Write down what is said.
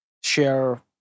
share